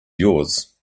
yours